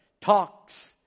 talks